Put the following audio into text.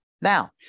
Now